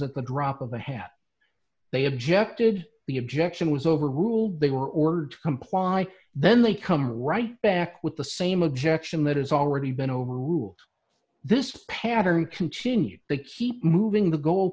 at the drop of a hat they objected the objection was overruled they were ordered to comply then they come right back with the same objection that has already been over this pattern continued they keep moving the goal